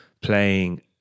playing